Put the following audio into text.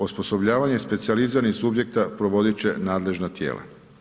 Osposobljavanje specijaliziranih subjekta provodit će nadležna tijela.